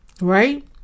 Right